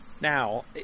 Now